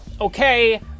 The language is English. Okay